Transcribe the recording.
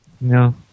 No